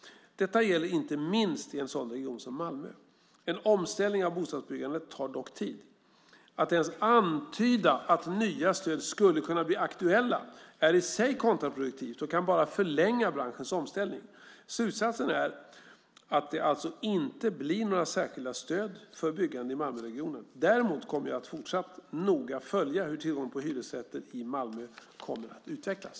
Detta gäller inte minst i en sådan region som Malmö. En omställning av bostadsbyggandet tar dock tid. Att ens antyda att nya stöd skulle kunna bli aktuella är i sig kontraproduktivt och kan bara förlänga branschens omställning. Slutsatsen är att det alltså inte blir några särskilda stöd för byggande i Malmöregionen. Däremot kommer jag att fortsatt noga följa hur tillgången på hyresrätter i Malmö kommer att utvecklas.